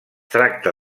tracta